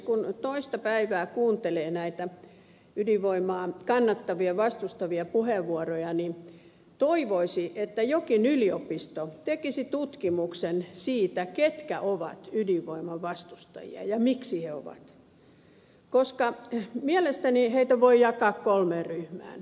kun toista päivää kuuntelee näitä ydinvoimaa kannattavia ja vastustavia puheenvuoroja niin toivoisi että jokin yliopisto tekisi tutkimuksen siitä ketkä ovat ydinvoiman vastustajia ja miksi he ovat koska mielestäni heitä voi jakaa kolmeen ryhmään